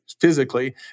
physically